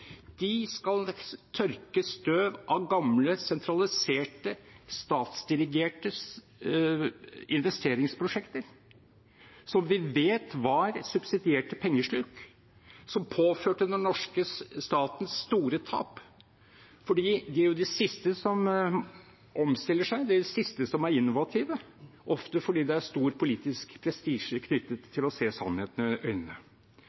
De skal tørke støv av gamle, sentraliserte, statsdirigerte investeringsprosjekter, som vi vet var subsidierte pengesluk, som påførte den norske staten store tap fordi de jo er det siste som omstiller seg, de siste som er innovative, ofte fordi det er stor politisk prestisje knyttet til å se sannheten i øynene.